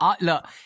Look